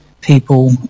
people